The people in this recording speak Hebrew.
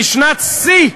היא שנת שיא.